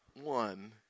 one